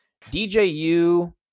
DJU